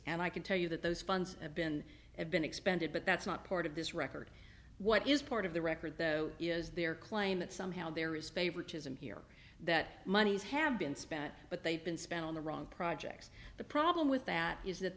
and i can tell you that those funds have been have been expended but that's not part of this record what is part of the record though is their claim that somehow there is favoritism here that monies have been spent but they've been spent on the wrong projects the problem with that is that